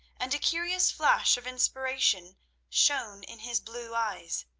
and a curious flash of inspiration shone in his blue eyes.